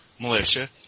militia